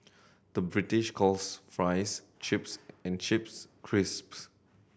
the British calls fries chips and chips crisps